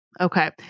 okay